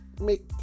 make